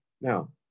Now